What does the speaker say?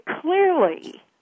clearly